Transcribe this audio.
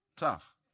tough